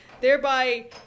thereby